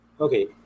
okay